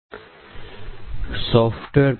આ સત્રમાં આપનું સ્વાગત છે